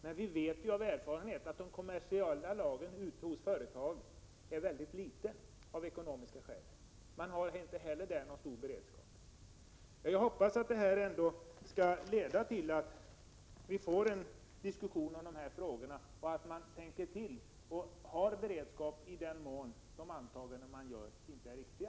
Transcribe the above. Men vi vet ju av erfarenhet att de kommersiella lagren ute hos företagen av ekonomiska skäl är mycket små. Man har alltså inte heller där någon större beredskap. Jag hoppas att den debatt som vi nu har fört ändå skall leda till att vi får en diskussion om dessa frågor och att man ser till att ha en beredskap ifall de antaganden som görs inte är riktiga.